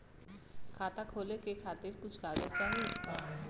खाता खोले के खातिर कुछ कागज चाही?